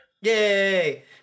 Yay